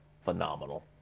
phenomenal